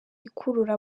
ikurura